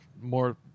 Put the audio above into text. more